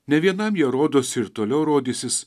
ne vienam jie rodos ir toliau rodysis